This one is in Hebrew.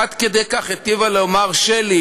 עד כדי כך היטיבה לומר שלי: